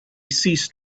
ceased